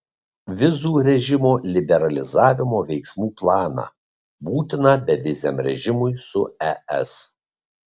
vizų režimo liberalizavimo veiksmų planą būtiną beviziam režimui su es